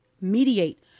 mediate